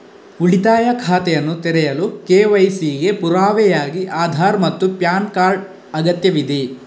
ಉಳಿತಾಯ ಖಾತೆಯನ್ನು ತೆರೆಯಲು ಕೆ.ವೈ.ಸಿ ಗೆ ಪುರಾವೆಯಾಗಿ ಆಧಾರ್ ಮತ್ತು ಪ್ಯಾನ್ ಕಾರ್ಡ್ ಅಗತ್ಯವಿದೆ